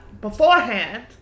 beforehand